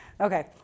Okay